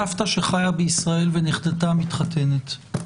סבתא שחיה בישראל ונכדתה מתחתנת,